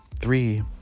three